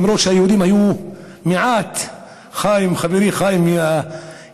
למרות שיהודים היו מעט: חברי חיים ילין,